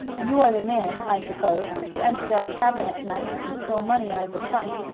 you are the man, i suppose, who entered our cabin at night and stole money out of a trunk.